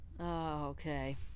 Okay